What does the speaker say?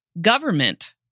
Government